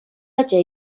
ача